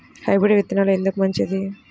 Hybrid విత్తనాలు ఎందుకు మంచిది?